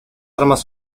armas